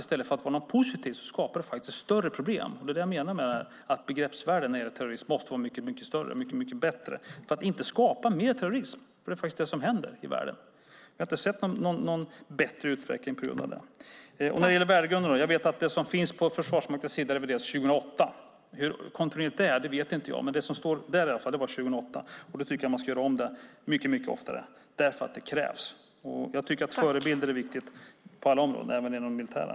I stället för att vara något positivt skapar det faktiskt större problem, och det är det jag menar med att begreppsvärlden när det gäller terrorism måste vara mycket större och mycket bättre för att inte skapa mer terrorism. Det är faktiskt det som händer i världen. Vi har inte sett någon bättre utveckling på grund av det. När det gäller värdegrunden vet jag att det som finns på Försvarsmaktens sida reviderades 2008. Hur kontinuerligt det är vet jag inte. Men när det gäller det som står där var det 2008. Jag tycker att man ska göra om det mycket oftare, för det krävs. Jag tycker att förebilder är viktiga på alla områden, även inom de militära.